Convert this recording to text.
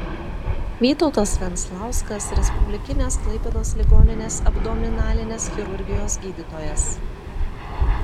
vytautas venclauskas respublikinės klaipėdos ligoninės abdominalinės chirurgijos gydytojas